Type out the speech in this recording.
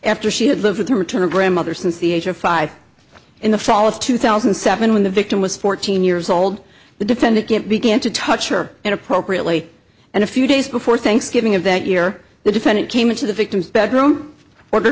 after she had lived with the return of grandmother since the age of five in the fall of two thousand and seven when the victim was fourteen years old the defendant can't begin to touch her inappropriately and a few days before thanksgiving of that year the defendant came into the victim's bedroom order